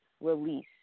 release